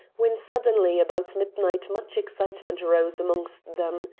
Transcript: when suddenly about midnight much excitement rose amongst them.